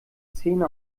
zähne